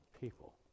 people